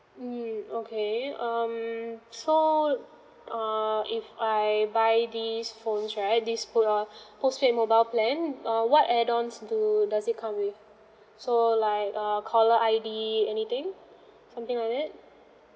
mm okay um so err if I buy these phones right this uh postpaid mobile plan uh what add ons do does it come with so like err caller I_D anything something like that